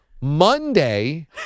Monday